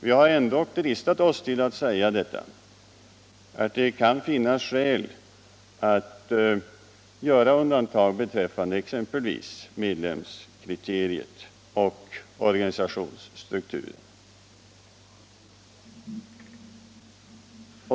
Vi har ändå dristat oss att säga att det kan finnas skäl att göra undantag exempelvis beträffande medlemskriteriet och organisationsstrukturen.